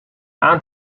aan